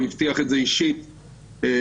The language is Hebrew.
הוא הבטיח את זה אישית לנו.